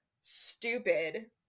stupid